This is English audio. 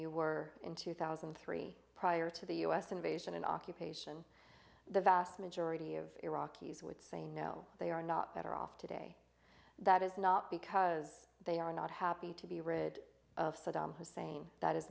you were in two thousand and three prior to the us invasion and occupation the vast majority of iraqis would say no they are not better off today that is not because they are not happy to be rid of saddam hussein that is